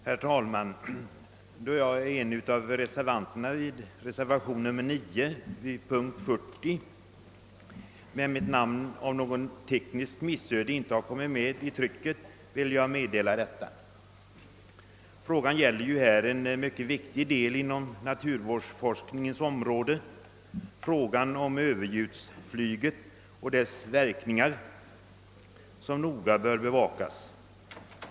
Herr talman! Då jag är en av reservanterna bakom reservation nr 9 vid punkten 40 men mitt namn genom något tekniskt missöde inte kommit med i trycket, vill jag meddela detta. Det gäller här en mycket viktig del av naturvårdsforskningens område, nämligen frågan om överljudsflygets verkningar, som noga bör bevakas.